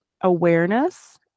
awareness